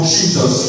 Jesus